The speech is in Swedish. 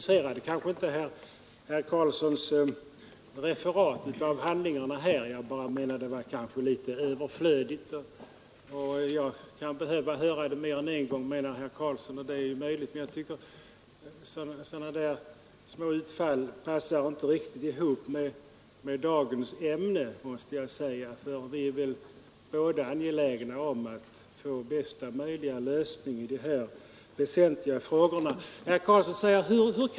Hur kan man rädda liv med ett annat dödsbegrepp?